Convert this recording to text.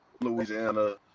louisiana